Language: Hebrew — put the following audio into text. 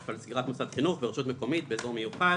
על סגירת מוסד חינוך ברשות מקומית באזור מיוחד,